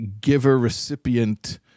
giver-recipient